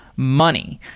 money.